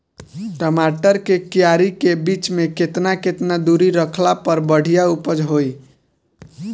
टमाटर के क्यारी के बीच मे केतना केतना दूरी रखला पर बढ़िया उपज होई?